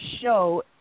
show